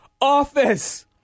office